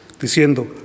diciendo